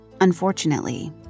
Unfortunately